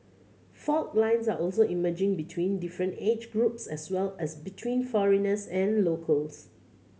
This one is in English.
fault lines are also emerging between different age groups as well as between foreigners and locals